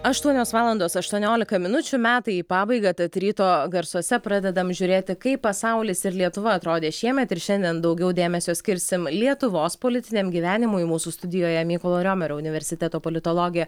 aštuonios valandos aštuoniolika minučių metai į pabaigą tad ryto garsuose pradedam žiūrėti kaip pasaulis ir lietuva atrodė šiemet ir šiandien daugiau dėmesio skirsim lietuvos politiniam gyvenimui mūsų studijoje mykolo riomerio universiteto politologė